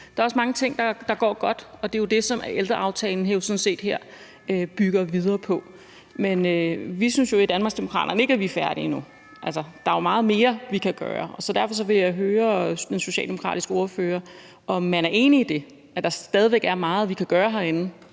Der er også mange ting, der går godt, og det er jo det, som ældreaftalen her bygger videre på. Men vi synes jo ikke i Danmarksdemokraterne, at vi er færdige endnu. Altså, der er meget mere, vi kan gøre. Derfor vil jeg høre den socialdemokratiske ordfører, om man er enig i det, altså at der stadig væk er meget, vi kan gøre herindefra,